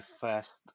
first